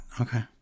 Okay